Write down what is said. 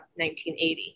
1980